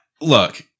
Look